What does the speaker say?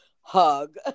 hug